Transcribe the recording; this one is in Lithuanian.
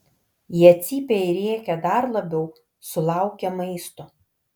jie cypia ir rėkia dar labiau sulaukę maisto